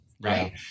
right